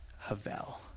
Havel